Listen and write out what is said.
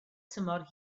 tymor